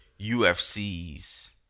UFC's